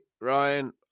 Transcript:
Ryan